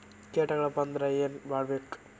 ಕೇಟಗಳ ಬಂದ್ರ ಏನ್ ಮಾಡ್ಬೇಕ್?